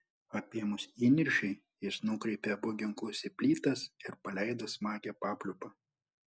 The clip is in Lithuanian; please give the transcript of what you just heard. apėmus įniršiui jis nukreipė abu ginklus į plytas ir paleido smagią papliūpą